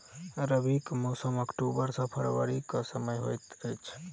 रबीक मौसम अक्टूबर सँ फरबरी क समय होइत अछि